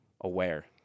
aware